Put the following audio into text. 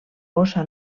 bossa